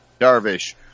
Darvish